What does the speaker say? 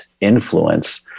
influence